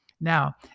Now